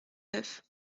neuf